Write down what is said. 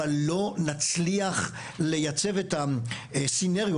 אבל לא נצליח לייצב את הסצנריו,